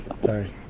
Sorry